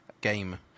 Game